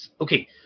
Okay